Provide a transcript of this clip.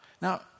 Now